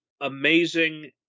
amazing